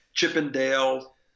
Chippendale